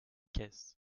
caisse